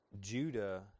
Judah